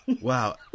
Wow